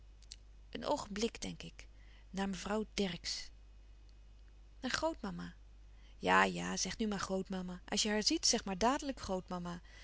een oogenblik denk ik naar mevrouw dercksz louis couperus van oude menschen de dingen die voorbij gaan naar grootmama ja ja zeg nu maar grootmama als je haar ziet zeg maar dadelijk